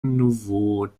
nouveau